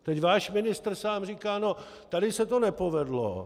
Teď váš ministr sám říká no, tady se to nepovedlo.